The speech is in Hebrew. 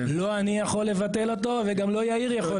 לא אני יכול לבטל אותו וגם לא יאיר יכול לבטל אותו.